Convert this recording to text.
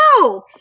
No